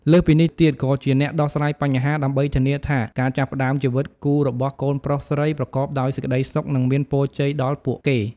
លើសពីនេះទៀត ក៏ជាអ្នកដោះស្រាយបញ្ហា ដើម្បីធានាថាការចាប់ផ្តើមជីវិតគូរបស់កូនប្រុសស្រីប្រកបដោយសេចក្តីសុខ និងមានពរជ័យដល់ពួកគេ។